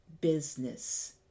business